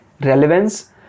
relevance